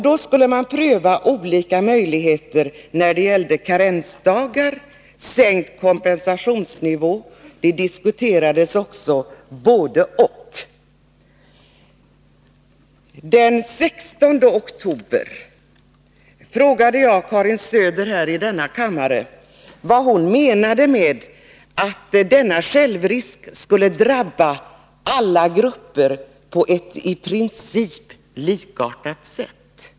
Då skulle man pröva olika möjligheter när det gällde karensdagar och sänkt kompensationsnivå, och det diskuterades också ett både-och. Den 16 oktober frågade jag Karin Söder här i denna kammare vad hon menade med att denna självrisk skulle drabba alla grupper på ett i princip likartat sätt.